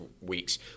weeks